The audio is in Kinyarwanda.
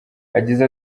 yagize